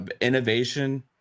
innovation